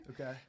Okay